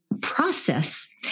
process